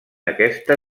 aquesta